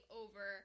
over